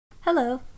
Hello